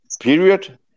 period